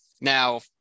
now